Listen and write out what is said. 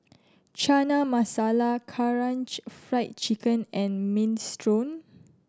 Chana Masala Karaage Fried Chicken and Minestrone